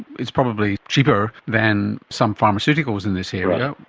it's probably cheaper than some pharmaceuticals in this area.